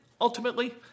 ultimately